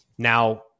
Now